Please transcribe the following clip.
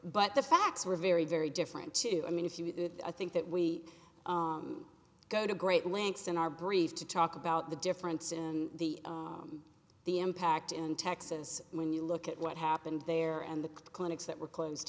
but the facts were very very different to i mean if you would that i think that we go to great lengths in our brief to talk about the difference in the the impact in texas when you look at what happened there and the clinics that were closed